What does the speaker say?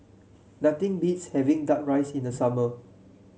nothing beats having duck rice in the summer